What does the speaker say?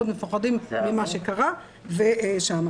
מאוד מפוחדים ממה שקרה שם.